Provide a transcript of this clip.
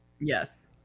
Yes